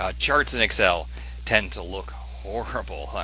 ah charts in excel ten to look horrible. i